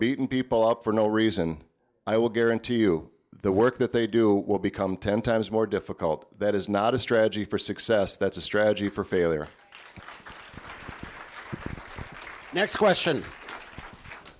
beating people up for no reason i will guarantee you the work that they do will become ten times more difficult that is not a strategy for success that's a strategy for failure next question